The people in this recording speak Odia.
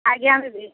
ଆଜ୍ଞା ଦିଦି